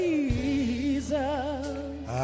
Jesus